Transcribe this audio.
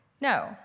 No